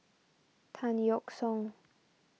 Tan Yeok Seong